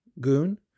Goon